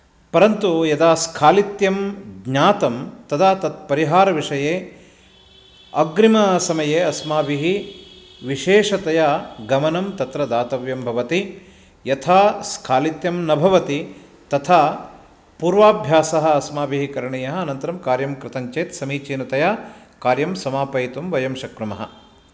परन्तु यदा स्खालित्यं ज्ञातं तदा तत्परिहारविषये अग्रिमसमये अस्माभिः विशेषतया गमनं तत्र दातव्यं भवति यथा स्खालित्यं न भवति तथा पूर्वाभ्यासः अस्माभिः करणीयः अनन्तरं कार्यं कृतं चेत् समीचीनतया कार्यं समापयितुं वयं शक्नुमः